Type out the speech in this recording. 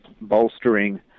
bolstering